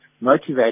motivate